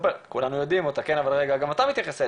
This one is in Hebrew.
כולנו יודעים אותה אבל גם אתה מתייחס אליה.